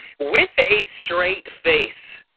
with a straight face,